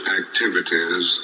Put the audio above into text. activities